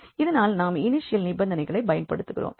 இதனால் நாம் இனிஷியல் நிபந்தனைகளை பயன்படுத்துகிறோம்